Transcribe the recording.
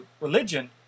religion